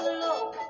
look